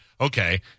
Okay